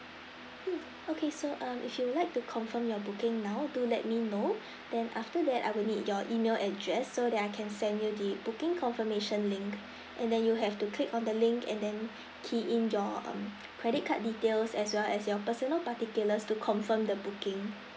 mm okay so uh if you would like to confirm your booking now do let me know then after that I will need your email address so that I can send you the booking confirmation link and then you have to click on the link and then key in your um credit card details as well as your personal particulars to confirm the booking